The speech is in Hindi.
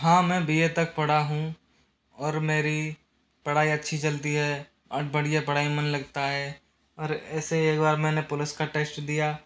हाँ मैं बी ए तक पढ़ा हूँ और मेरी पढ़ाई अच्छी चलती है और बढ़िया पढ़ाई मन लगता है और ऐसे ही एक बार मैंने पुलिस का टेस्ट दिया